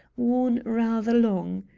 worn rather long.